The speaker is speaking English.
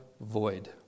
void